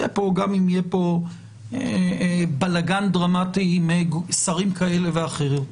גם אם יהיה כאן בלגן דרמטי עם שרים כאלה ואחרים,